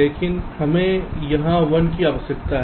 लेकिन हमें यहां 1 की आवश्यकता है